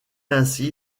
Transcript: ainsi